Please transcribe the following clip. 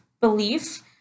belief